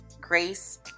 grace